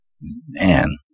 man